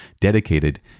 dedicated